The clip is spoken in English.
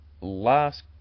Last